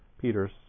Peter's